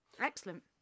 Excellent